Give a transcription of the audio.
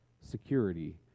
security